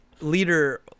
leader